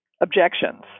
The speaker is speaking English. objections